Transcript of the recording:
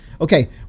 Okay